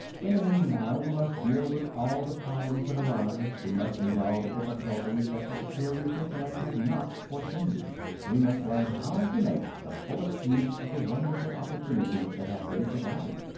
in the meanwhile we must deal with all the problems that arise, we must meet all the difficulties that the superior intellect had not foreseen we must learn how to make the fullest use of the wonderful opportunities that have been provided.